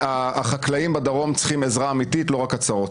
החקלאים בדרום צריכים עזרה אמיתית, לא רק הצהרות.